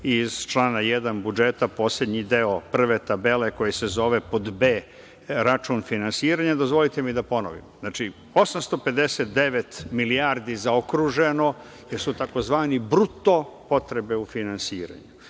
iz člana 1. budžeta, poslednji deo prve tabele koji se zove pod b, račun finansiranja, dozvolite mi da ponovim. Znači, 859 milijardi zaokruženo, jer su tzv. bruto potrebe u finansiranju.